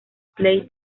play